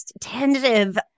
tentative